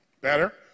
Better